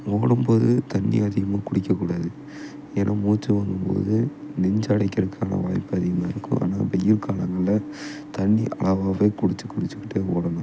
ஓடும் போது தண்ணி அதிகமாக குடிக்கக்கூடாது ஏன்னா மூச்சு வாங்கும் போது நெஞ்சு அடைக்கிறக்கான வாய்ப்பு அதிகமாக இருக்கும் அதனால் வெயில் காலங்களில் தண்ணி அளவாகவே குடிச்சி குடிச்சிக்கிட்டு ஓடணும்